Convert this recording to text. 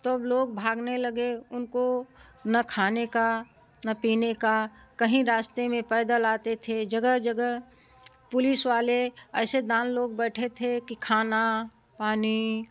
तब लोग भागने लगे उनको न खाने का न पीने का कहीं रास्ते में पैदल आते थे जगह जगह पुलिस वाले ऐसे दान लोग बैठे थे कि खाना पानी